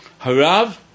Harav